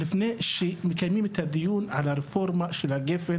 לפני שמקיימים את הדיון על הרפורמה של הגפ"ן